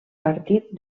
partit